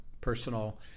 personal